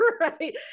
right